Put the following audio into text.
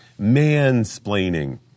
Mansplaining